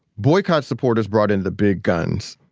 boycott supporters brought in the big guns.